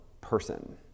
person